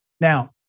Now